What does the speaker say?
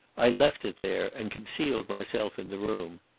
i left it there, and concealed myself in the room.